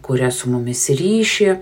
kuria su mumis ryšį